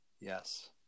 Yes